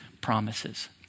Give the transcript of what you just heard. promises